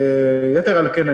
יתר על כן,